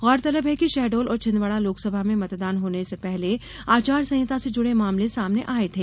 गौरतलब है कि शहडोल और छिंदवाड़ा लोकसभा में मतदान होने से पहले आचार संहिता से जुड़े मामले सामने आए थे